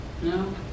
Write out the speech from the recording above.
No